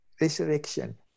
resurrection